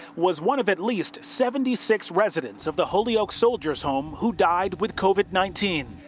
was one of at least seventy six residents of the holyoke soldiers home who died with covid nineteen.